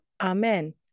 amen